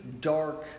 dark